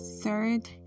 third